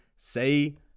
Say